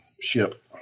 ship